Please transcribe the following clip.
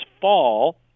fall